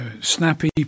Snappy